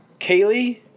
Kaylee